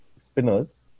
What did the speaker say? spinners